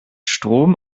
strom